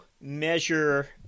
measure